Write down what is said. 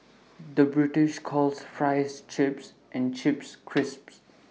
the British calls Fries Chips and Chips Crisps